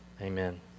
amen